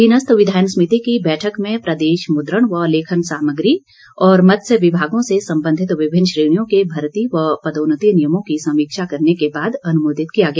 अधीनस्थ विधायन समिति की बैठक में प्रदेश मुद्रण व लेखन सामग्री और मत्स्य विमागों से सम्बन्धित विभिन्न श्रेणियों के भर्ती व पदोन्नतियों नियमों की संवीक्षा करने के बाद अनुमोदित किया गया